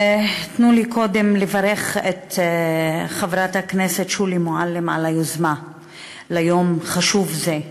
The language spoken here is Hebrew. תנו לי קודם לברך את חברת הכנסת שולי מועלם על היוזמה ליום החשוב הזה.